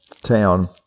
town